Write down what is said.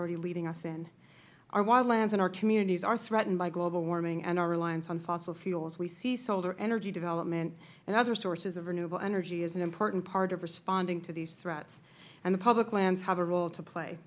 already leading us in our wildlands in our communities are threatened by global warming and our reliance on fossil fuels we see solar energy development and other sources of renewable energy as an important part of responding to these threats and the public lands have a role to play